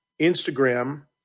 Instagram